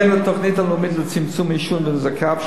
בהתאם לתוכנית הלאומית לצמצום העישון ונזקיו,